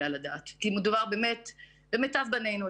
על הדעת כי מדובר באמת במיטב בנינו,